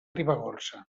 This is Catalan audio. ribagorça